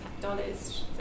dollars